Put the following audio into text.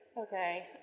Okay